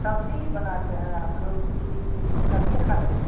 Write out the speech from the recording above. सब्ज़ी भी बनाते हैं आप लोग कि कच्चे खाते हैं